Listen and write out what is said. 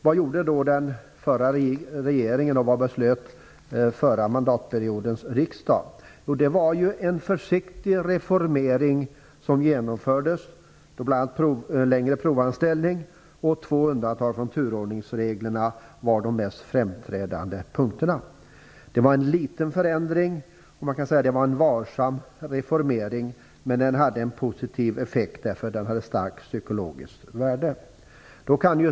Vad gjorde då den förra regeringen, och vad beslöt riksdagen under den förra mandatperioden? Jo, det var en försiktig reformering som genomfördes, då bl.a. längre provanställning och två undantag från turordningsreglerna var de mest framträdande punkterna. Det var en liten förändring, och man kan säga att det var en varsam reformering. Men den hade en positiv effekt, därför att den hade starkt psykologiskt värde.